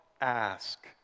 ask